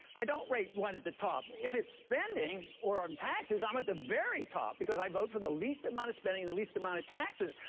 i don't rate what, at the top. if it's spending or on taxes i'm at the very top because i vote for the least amount of spending and the least amount of taxes,